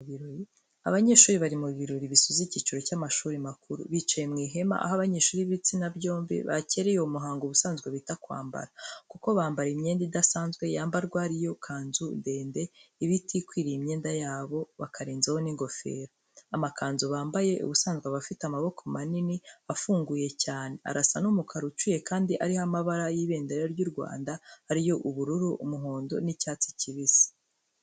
Abanyeshuri bari mu birori bisoza icyiciro cy'amashuri makuru. Bicaye mu ihema, abo banyeshuri b'ibitsina byombi, bakereye uwo muhango ubusanzwe bita "kwambara", kuko bambara imyenda idasanzwe yambarwa ari yo ikanzu ndende, iba itwikiriye imyenda yabo, bakarenzaho n'ingofero. Amakanzu bambaye, ubusanzwe aba afite amaboko manini afunguye cyane, arasa n'umukara ucuye kandi ariho amabara y'ibendera ry'u Rwanda, ariyo ubururu, umuhondo n'icyatsi kibisi.